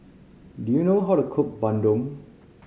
do you know how to cook Bandung